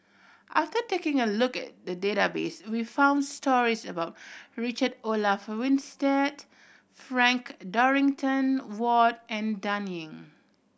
after taking a look at the database we found stories about Richard Olaf Winstedt Frank Dorrington Ward and Dan Ying